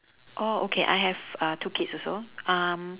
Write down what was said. oh okay I have uh two kids also um